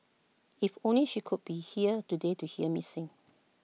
if only she could be here today to hear me sing